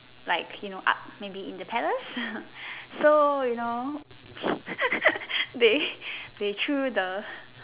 like you know arts maybe in the palace so you know they they threw the